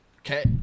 Okay